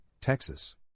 Texas